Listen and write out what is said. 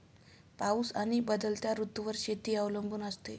पाऊस आणि बदलत्या ऋतूंवर शेती अवलंबून असते